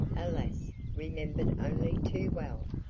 alas, remembered only too well,